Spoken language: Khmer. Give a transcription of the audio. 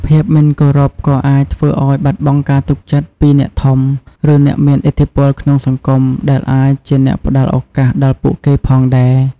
ភាពមិនគោរពក៏អាចធ្វើឲ្យបាត់បង់ការទុកចិត្តពីអ្នកធំ ឬអ្នកមានឥទ្ធិពលក្នុងសង្គម ដែលអាចជាអ្នកផ្ដល់ឱកាសដល់ពួកគេផងដែរ។